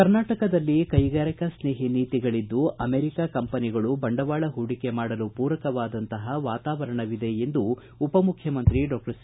ಕರ್ನಾಟಕದಲ್ಲಿ ಕೈಗಾರಿಕಾ ಸ್ನೇಹಿ ನೀತಿಗಳಿದ್ದು ಅಮೆರಿಕಾ ಕಂಪನಿಗಳು ಬಂಡವಾಳ ಹೂಡಿಕೆ ಮಾಡಲು ಪೂರಕವಾದಂತಹ ವಾತಾವರಣವಿದೆ ಎಂದು ಉಪಮುಖ್ಯಮಂತ್ರಿ ಡಾಕ್ಸರ್ ಸಿ